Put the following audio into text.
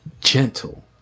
gentle